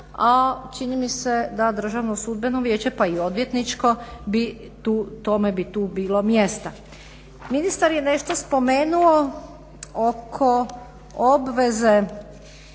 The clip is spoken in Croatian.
a čini mi se da Državno sudbeno vijeće pa i odvjetničko bi u tome bilo mjesta. Ministar je nešto spomenuo oko obveze